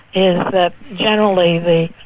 and that generally the